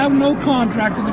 um no contract with